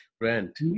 rent